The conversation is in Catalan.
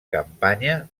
campanya